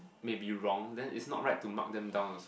may be wrong then it's not right to mark them down also